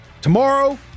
Tomorrow